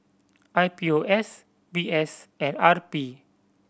I P O S V S and R P